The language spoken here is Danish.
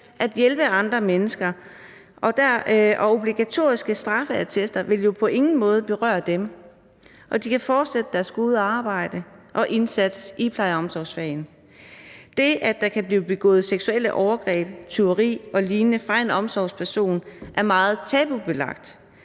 at hjælpe andre mennesker. Og obligatoriske straffeattester vil jo på ingen måde berøre dem; de kan fortsætte deres gode arbejde og indsats i pleje- og omsorgsfagene. Det, at der kan blive begået seksuelle overgreb, tyveri og lignende af en omsorgsperson, er meget tabubelagt